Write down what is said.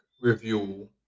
review